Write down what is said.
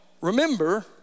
remember